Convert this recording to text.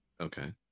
Okay